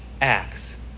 acts